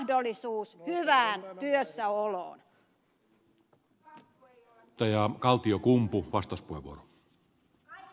ei pakkotyötä vaan mahdollisuus hyvään työssäoloon